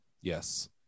Yes